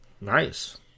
Nice